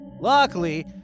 Luckily